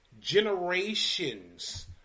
generations